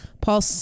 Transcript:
Paul